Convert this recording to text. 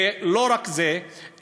ולא רק זה,